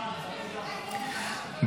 כהצעת הוועדה, נתקבלו.